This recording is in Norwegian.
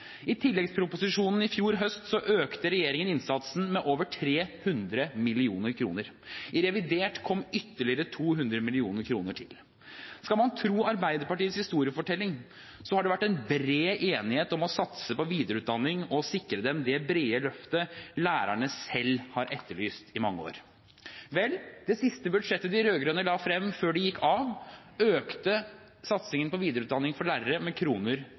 I tilleggsproposisjonen i fjor høst økte regjeringen innsatsen med over 300 mill. kr. I revidert kom ytterligere 200 mill. kr. Skal man tro Arbeiderpartiets historiefortelling, har det vært en bred enighet om å satse på videreutdanning og sikre lærerne det brede løftet de selv har etterlyst i mange år. Vel, det siste budsjettet de rød-grønne la frem før de gikk av, økte satsingen på videreutdanning for lærere med kroner